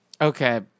Okay